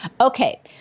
Okay